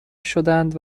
شدند